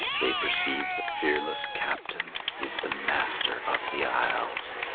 they perceive the fearless captain is the master of the isles.